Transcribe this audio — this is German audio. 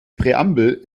präambel